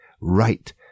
right